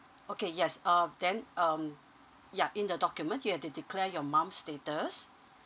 okay yes uh then um yeah in the document you have to declare your mom's status